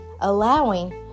allowing